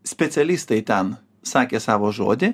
specialistai ten sakė savo žodį